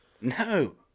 No